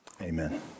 Amen